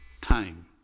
time